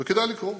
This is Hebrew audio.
כדאי לקרוא.